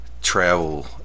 Travel